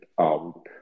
out